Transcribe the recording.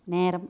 நேரம்